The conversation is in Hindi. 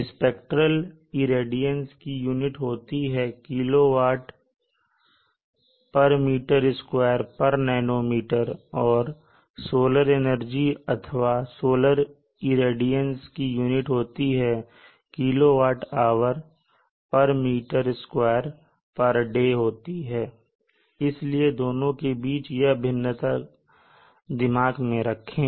स्पेक्ट्रेल रेडियंस कि यूनिट होती है kilowatt per meter square per nanometer और सोलर एनर्जी अथवा सोलर रेडियंस की unit kilowatt hour per meter square per day होती है इसलिए दोनों के बीच यह भिन्नता दिमाग में रखें